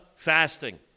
Fasting